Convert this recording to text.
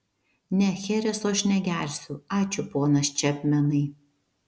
ne chereso aš negersiu ačiū ponas čepmenai